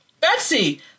betsy